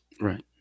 Right